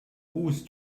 whose